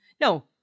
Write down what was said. no